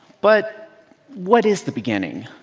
but what is the beginning?